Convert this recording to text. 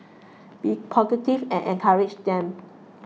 be positive and encourage them